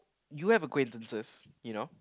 you have acquaintances you know